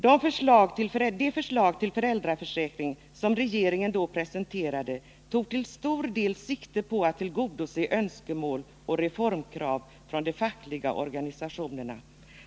Det förslag till föräldra Nr 101 försäkring som regeringen då presenterade tog till stor del sikte på att tillgodose önskemål och reformkrav från de fackliga organisationerna.